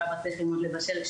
שאבא צריך ללמוד לבשל.